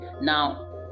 Now